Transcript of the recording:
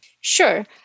Sure